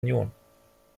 union